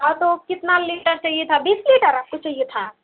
हाँ तो कितना लीटर चाहिए था बीस लीटर आपको चाहिए था